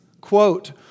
quote